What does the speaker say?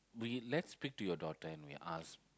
will you let's pick to your daughter and we ask